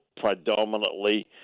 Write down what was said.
predominantly